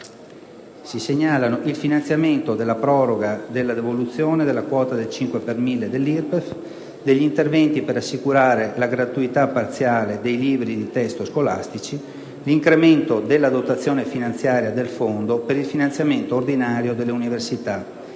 si segnalano: il finanziamento della proroga della devoluzione della quota del 5 per mille dell'IRPEF; quello degli interventi per assicurare la gratuità parziale dei libri di testo scolastici; l'incremento della dotazione finanziaria del Fondo per il finanziamento ordinario delle università;